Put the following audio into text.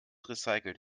recycelt